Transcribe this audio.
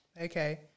okay